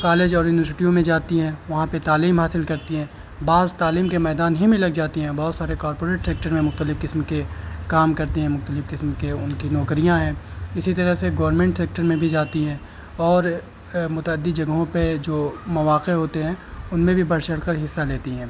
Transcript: college اور یونیورسٹیوں میں جاتی ہیں وہاں پہ تعلیم حاصل کرتی ہیں بعض تعلیم کے میدان ہی میں لگ جاتی ہیں بہت سارے کارپوریٹ سیکٹر میں مختلف قسم کے کام کرتی ہیں مختلف قسم کے ان کی نوکریاں ہیں اسی طرح سے گورنمنٹ سیکٹر میں بھی جاتی ہیں اور متعد جگہوں پہ جو مواقع ہوتے ہیں ان میں بھی بڑھ چڑھ کر حصہ لیتی ہیں